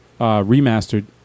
remastered